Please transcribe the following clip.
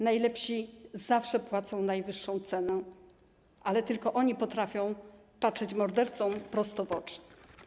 Najlepsi zawsze płacą najwyższą cenę, ale tylko oni potrafią patrzeć mordercom prosto w oczy.